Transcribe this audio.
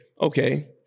okay